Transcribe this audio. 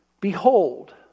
Behold